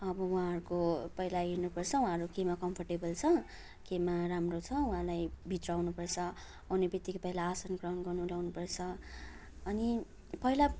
अब उहाँहरूको पहिला हेर्नुपर्छ उहाँहरू केमा कम्फोर्टेबल छ केमा राम्रो छ उहाँलाई भित्र्याउनुपर्छ आउनेबित्तिकै पहिला आसन ग्रहण गर्नु लगाउनुपर्छ अनि पहिला